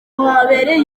habereye